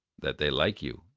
that they like you,